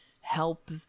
help